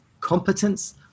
competence